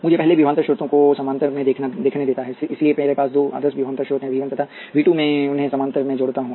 मुझे पहले विभवांतर स्रोतों को समानांतर में देखने देता है इसलिए मेरे पास दो आदर्श विभवांतर स्रोत हैं वी 1 तथा वी 2 मैं उन्हें समानांतर में जोड़ता हूं